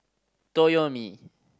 toyomi